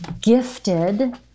gifted